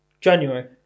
January